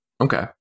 Okay